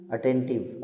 Attentive